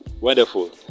Wonderful